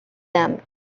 them